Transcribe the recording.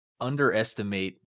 underestimate